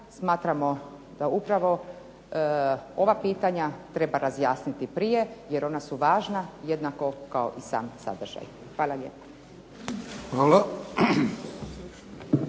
smatramo da upravo ova pitanja treba razjasniti prije jer ona su važna jednako kao i sam sadržaj. Hvala lijepa.